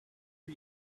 are